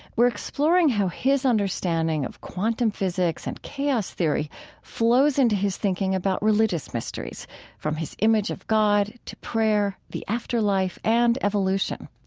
we're exploring how his understanding of quantum physics and chaos theory flows into his thinking about religious mysteries from his image of god, to prayer, the afterlife, and evolution.